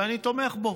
ואני תומך בו,